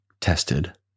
tested